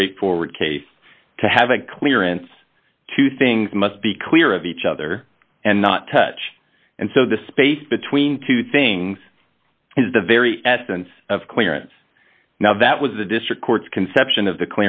straightforward case to have a clearance two things must be clear of each other and not touch and so the space between two things is the very essence of clearance now that was the district court's conception of the